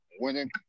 winning